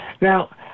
now